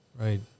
Right